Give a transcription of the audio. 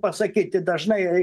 pasakyti dažnai